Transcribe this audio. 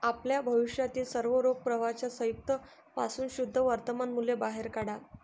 आपल्या भविष्यातील सर्व रोख प्रवाहांच्या संयुक्त पासून शुद्ध वर्तमान मूल्य बाहेर काढा